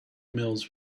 mills